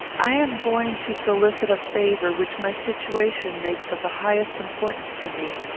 i am going to solicit a favour which my situation makes of the highest importance to me,